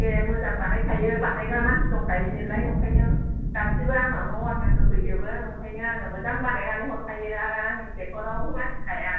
दे मोजां बानायखायो बानायग्रा मानसि दंखायो नालाय ओंखायनो गासैबो आंनावनो अर्डार होफैजोबो ओंखायनो आङो मोजां बानायनानै हरखायो आरो आंनि केकखौ रावबो बासिखाया